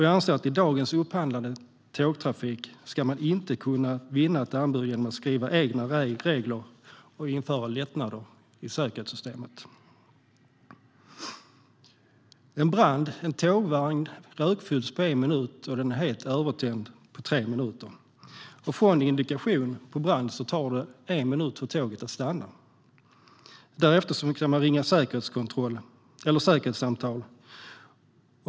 Jag anser att i dagens upphandlade tågtrafik ska man inte kunna vinna ett anbud genom att skriva egna regler och införa lättnader i säkerhetssystemet. En tågvagn rökfylls på en minut och är helt övertänd på tre minuter. Från indikation på brand tar det en minut för tåget att stanna. Därefter kan man ringa säkerhetssamtal.